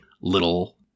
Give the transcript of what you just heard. little